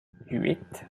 huit